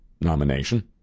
nomination